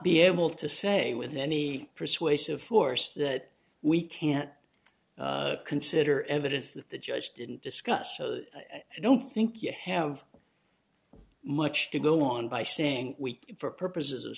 be able to say with any persuasive force that we can't consider evidence that the judge didn't discuss so i don't think you have much to go on by saying week for purposes of